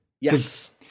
Yes